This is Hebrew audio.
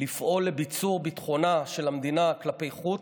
לפעול לביצור ביטחונה של המדינה כלפי חוץ,